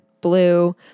blue